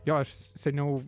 jo aš seniau